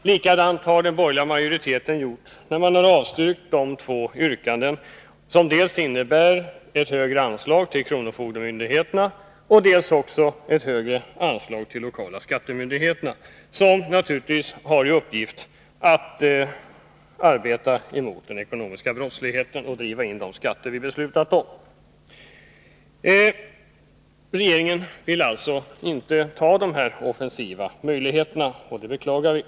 På samma sätt har den borgerliga majoriteten gjort när den har avstyrkt de två yrkanden som dels innebär ett högre anslag till kronofogdemyndigheterna, dels ett högre anslag till lokala skattemyndigheterna — dessa myndigheter som naturligtvis har i uppgift att motarbeta den ekonomiska brottsligheten och driva in de skatter vi beslutat om. Regeringen vill alltså inte genomföra de här offensiva åtgärderna — det beklagar vi.